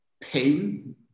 pain